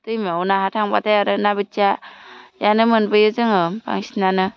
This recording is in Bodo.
दैमायाव ना थांबाथाय आरो ना बोथियायानो मोनबोयो जोङो बांसिनानो